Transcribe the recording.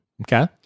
Okay